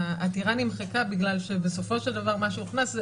העתירה נמחקה בגלל שבסופו של דבר מה שהוכנס זה